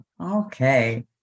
Okay